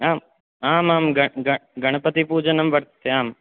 आं आमां गणपतिपूजनं वर्तते आं